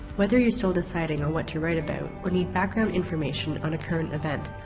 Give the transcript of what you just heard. whether you're still deciding on what to write about, or need background information on a current event,